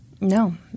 No